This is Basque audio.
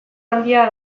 handia